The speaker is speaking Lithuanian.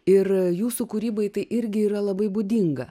ir jūsų kūrybai tai irgi yra labai būdinga